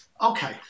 okay